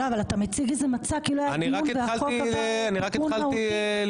אבל אתה מציג מצג כאילו היה דיון והחוק עבר תיקון מהותי.